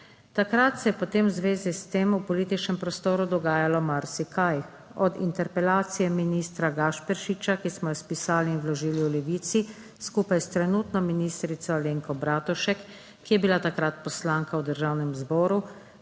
Takrat se je potem v zvezi s tem v političnem prostoru dogajalo marsikaj, od interpelacije ministra Gašperšiča, ki smo jo spisali in vložili v Levici skupaj s trenutno ministrico Alenko Bratušek, ki je bila takrat poslanka v Državnem zboru,